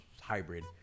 hybrid